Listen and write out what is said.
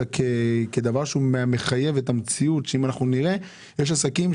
אלא כדבר שהוא מחייב המציאות שאם אנחנו נראה יש עסקים,